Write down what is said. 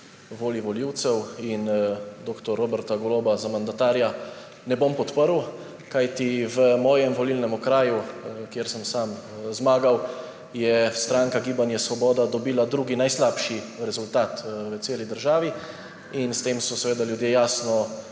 volji volivcev in dr. Roberta Goloba za mandatarja ne bom podprl, kajti v mojem volilnem okraju, ker sem sam zmagal, je stranka Gibanje Svoboda dobila drugi najslabši rezultat v celi državi in s tem so seveda ljudje jasno